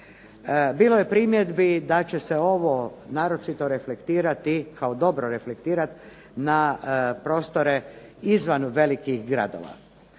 Bilo je primjedbi da će se ovo naročito reflektirati, kao dobro reflektirat na prostore izvan velikih gradova